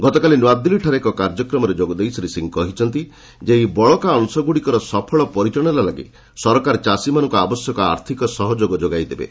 ଗତକାଲି ନ୍ତଆଦିଲ୍ଲୀଠାରେ ଏକ କାର୍ଯ୍ୟକ୍ମରେ ଯୋଗଦେଇ ଶୀ ସିଂ କହିଛନ୍ତି ଯେ ଏହି ବଳକା ଅଶଗ୍ରଡ଼ିକର ସଫଳ ପରିଚାଳନା ଲାଗି ସରକାର ଚାଷୀମାନଙ୍କୁ ଆବଶ୍ୟକ ଆର୍ଥିକ ସହଯୋଗ ଯୋଗାଇ ଦେବେ